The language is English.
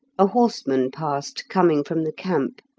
a horseman passed, coming from the camp,